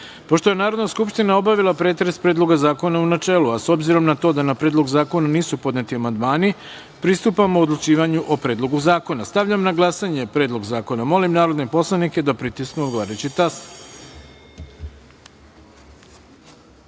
je Narodna skupština obavila pretres Predloga zakona u načelu, a s obzirom na to da na predlog zakona nisu podneti amandmani, pristupamo odlučivanju o Predlogu zakona. Stavljam na glasanje Predlog zakon. Molim poslanike da pritisnu odgovarajući